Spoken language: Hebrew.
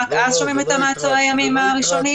רק אז שומעים את מעצרי הימים הראשונים,